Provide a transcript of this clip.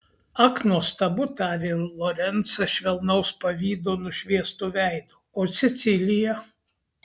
ak nuostabu tarė lorencą švelnaus pavydo nušviestu veidu o cecilija